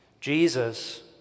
Jesus